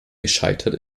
gescheitert